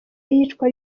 y’iyicwa